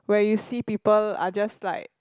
where you see people are just like